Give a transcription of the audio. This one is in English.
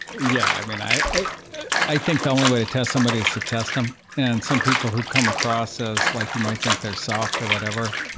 yeah. i mean, i i think the only way to test somebody is to test them. and some people who come across as like you might think they're soft or whatever